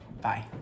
Bye